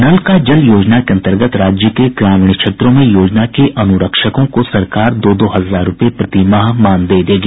नल का जल योजना के अंतर्गत राज्य के ग्रामीण क्षेत्रों में योजना के अनुरक्षकों को सरकार दो दो हजार रूपये प्रतिमाह मानदेय देगी